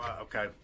okay